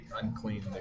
unclean